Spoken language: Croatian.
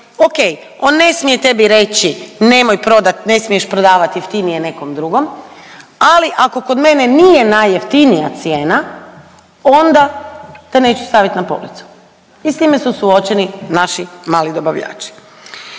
ok, on ne smije tebi reći nemoj prodat, ne smiješ prodavat jeftinije nekom drugom ali ako kod mene nije najjeftinija cijena onda te neću stavit na policu i s time su suočeni naši mali dobavljači.